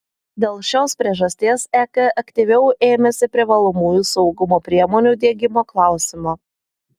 dėl šios priežasties ek aktyviau ėmėsi privalomųjų saugumo priemonių diegimo klausimo